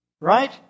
right